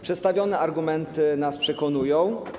Przedstawione argumenty nas przekonują.